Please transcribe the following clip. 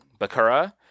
bakura